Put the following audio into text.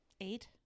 Eight